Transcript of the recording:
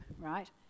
right